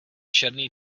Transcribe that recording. černý